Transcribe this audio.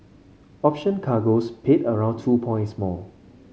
option cargoes paid around two points more